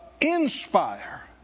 inspire